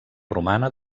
romana